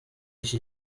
iki